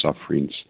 sufferings